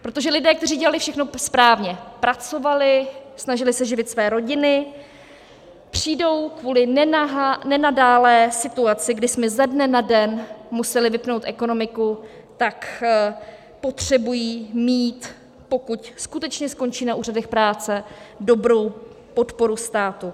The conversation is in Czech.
Protože lidé, kteří dělali všechno správně pracovali, snažili se živit své rodiny , přijdou kvůli nenadálé situaci, kdy jsme ze dne na den museli vypnout ekonomiku, potřebují mít, pokud skutečně skončí na úřadech práce, dobrou podporu státu.